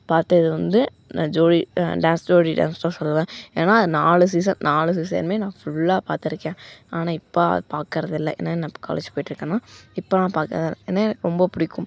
பார்த்த இது வந்து நான் ஜோடி டான்ஸ் ஜோடி டான்ஸ் தான் சொல்லுவன் ஏன்னால் அது நாலு சீசன் நாலு சீசனுமே நான் ஃபுல்லாக பார்த்துருக்கேன் ஆனால் இப்போ அது பார்க்குறது இல்லை ஏன்னால் நான் இப்போ காலேஜ் போயிட்டுருக்கனா இப்போ நான் ஏன்னால் ரொம்ப பிடிக்கும்